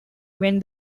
when